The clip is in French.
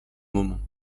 moments